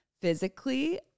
physically